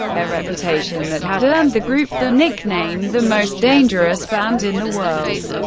a reputation that had earned the group the nickname the most dangerous band in the world.